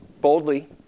boldly